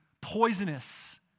poisonous